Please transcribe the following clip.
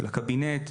של הקבינט,